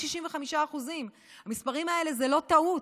265%. המספרים האלה הם לא טעות.